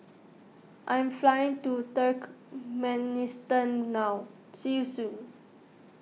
I'm flying to Turkmenistan now see you soon